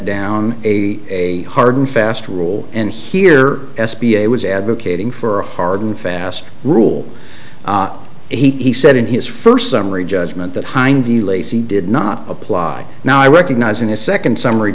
down a hard and fast rule and here s b a was advocating for a hard and fast rule he said in his first summary judgment that hind the lazy did not apply now i recognize in a second summary